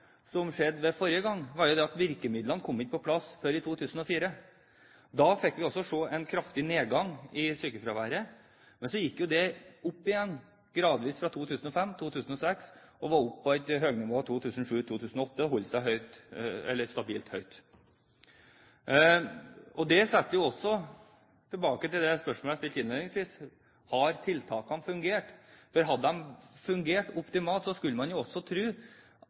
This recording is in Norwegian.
som skjedde forrige gang, var at virkemidlene ikke kom på plass før i 2004. Da så vi også en kraftig nedgang i sykefraværet, men så gikk det gradvis opp igjen fra 2005 og 2006, var oppe på et høyt nivå i 2007 og 2008 og holdt seg stabilt høyt. Tilbake til det spørsmålet jeg stilte innledningsvis: Har tiltakene fungert? Hadde de fungert optimalt, skulle man også